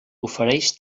ofereix